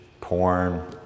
porn